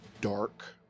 dark